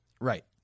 right